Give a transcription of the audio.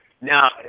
now